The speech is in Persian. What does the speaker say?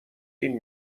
این